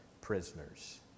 prisoners